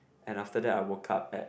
and after that I woke up at